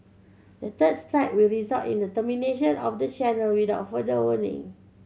the third strike will result in the termination of the channel without further warning